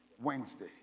Wednesday